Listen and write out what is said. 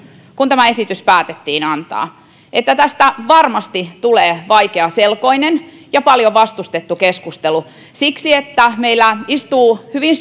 kun tämä esitys päätettiin antaa että tästä varmasti tulee vaikeaselkoinen ja paljon vastustettu keskustelu siksi että meillä istuu hyvin